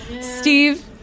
Steve